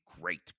great